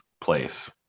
place